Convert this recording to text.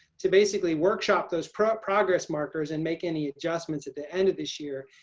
to basically workshop those progress markers and make any adjustments at the end of this year.